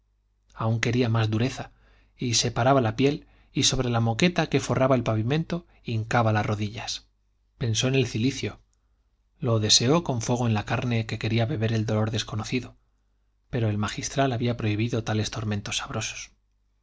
aún quería más dureza y separaba la piel y sobre la moqueta que forraba el pavimento hincaba las rodillas pensó en el cilicio lo deseó con fuego en la carne que quería beber el dolor desconocido pero el magistral había prohibido tales tormentos sabrosos